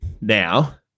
now